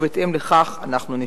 ובהתאם לכך אנחנו נפעל.